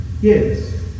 Yes